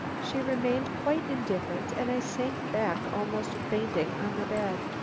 she remained quite indifferent and i sank back, almost fainting, on the bed.